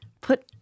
Put